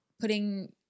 putting